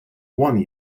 one